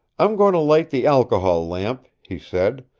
i'm going to light the alcohol lamp, he said.